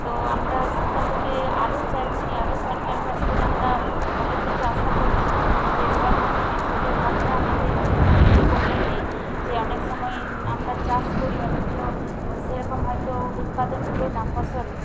তো আমরা সেটা থেকে আরও চাইছি আরও সরকারের কাছ থেকে আমরা ভালো কিছু আশা করছি যে সরকার যদি সুদের হারটা আমাদের একটু কমিয়ে দেয় যে অনেক সময় আমরা চাষ করি অথচ সেরকম হয়তো উৎপাদন হল না ফসল